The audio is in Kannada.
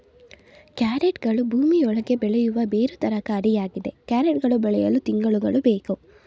ಕ್ಯಾರೆಟ್ಗಳು ಭೂಮಿ ಒಳಗೆ ಬೆಳೆಯುವ ಬೇರು ತರಕಾರಿಯಾಗಿದೆ ಕ್ಯಾರೆಟ್ ಗಳು ಬೆಳೆಯಲು ತಿಂಗಳುಗಳು ಬೇಕು